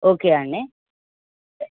okay అండి